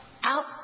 out